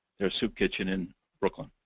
their soup kitchen in brooklyn.